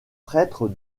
prêtre